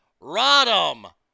Rodham